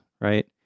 right